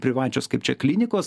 privačios kaip čia klinikos